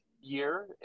year